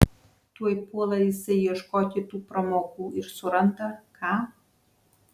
tuoj puola jisai ieškoti tų pramogų ir suranda ką